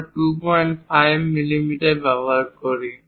আমরা 25 মিলিমিটার ব্যবহার করি